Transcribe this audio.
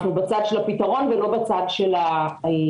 אנחנו בצד של הפתרון ולא בצד של המעמסה.